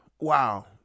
wow